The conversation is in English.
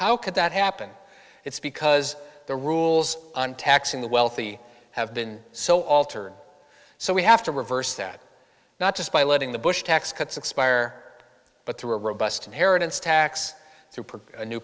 how could that happen it's because the rules on taxing the wealthy have been so altered so we have to reverse that not just by letting the bush tax cuts expire but through a robust inheritance tax